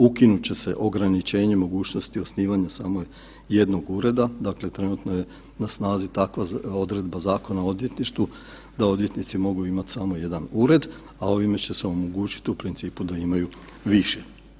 Ukinut će se ograničenje mogućnosti osnivanja samo jednog ureda, dakle trenutno je na snazi takva odredba Zakona o odvjetništvu, da odvjetnici mogu imati samo jedan ured, a ovime će se omogućiti u principu, da imaju više.